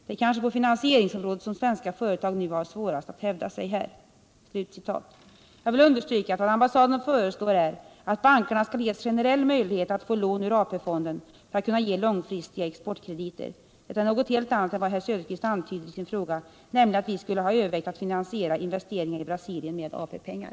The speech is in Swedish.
Det är kanske på finansieringsområdet som svenska företag nu har svårast att hävda sig här.” Jag vill understryka att vad ambassaden föreslår är att bankerna skall ges generell möjlighet att få lån ur AP-fonden för att kunna ge långfristiga exportkrediter. Detta är något helt annat än vad herr Söderqvist antyder i sin fråga, nämligen att vi skulle ha övervägt att finansiera investeringar i Brasilien med AP-pengar.